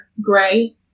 gray